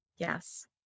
Yes